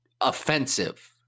offensive